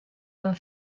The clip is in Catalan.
tan